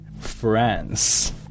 france